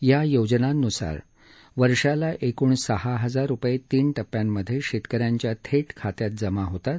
या योजनांन्सार वर्षाला एकूण सहा हजार रुपये तीन टप्प्यामधे शेतकऱ्यांच्या थेट खात्यात जमा होतात